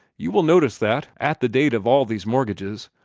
you will notice that, at the date of all these mortgages,